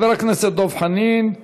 חבר הכנסת דב חנין.